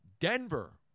Denver